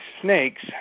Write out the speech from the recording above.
snakes